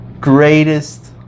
Greatest